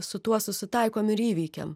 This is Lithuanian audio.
su tuo susitaikom ir įveikiam